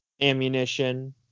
ammunition